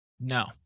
no